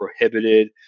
prohibited